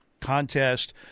contest